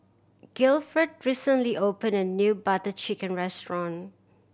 Gilford recently opened a new Butter Chicken restaurant